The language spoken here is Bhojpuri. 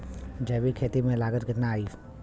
जैविक खेती में लागत कितना आई?